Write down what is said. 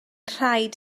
rhaid